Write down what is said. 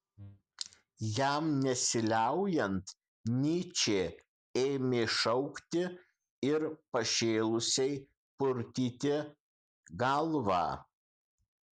jam nesiliaujant nyčė ėmė šaukti ir pašėlusiai purtyti galvą